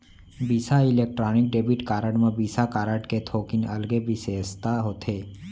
बिसा Electron debit card म Visa card ले थोकिन अलगे बिसेसता होथे